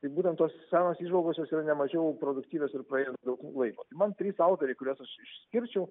tai būtent tos senos įžvalgos jos yra nemažiau produktyvios ir praėjus daug laiko man trys autoriai kuriuos aš išskirčiau